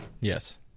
Yes